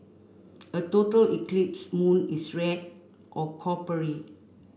a total eclipse moon is red or coppery